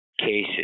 cases